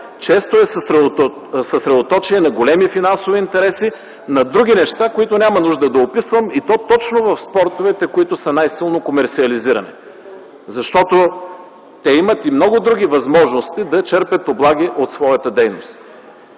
често е съсредоточие на големи финансови интереси, на други неща, които няма нужда да описвам и то точно в спортовете, които са най-силно комерсиализирани. Защото те имат и много други възможности да черпят облаги от своята дейност.